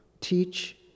teach